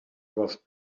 was